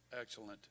excellent